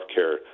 healthcare